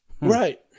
right